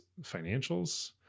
financials